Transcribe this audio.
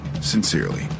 Sincerely